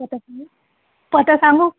पत्ता सांगू पत्ता सांगू